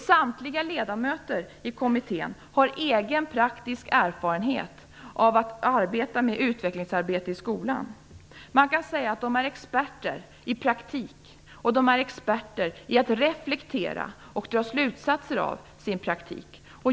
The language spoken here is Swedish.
Samtliga ledamöter i kommittén har egen praktisk erfarenhet av att arbeta med utvecklingsarbete i skolan. Man kan säga att de är experter i praktik och i att reflektera och dra slutsatser av sin praktik.